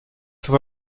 zur